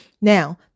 Now